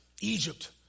Egypt